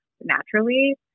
naturally